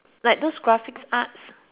like those graphic arts